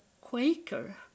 Quaker